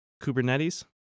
Kubernetes